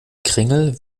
kringel